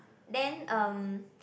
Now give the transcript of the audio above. then um